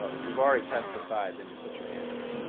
if you've already testified, then put your hands down.